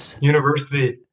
university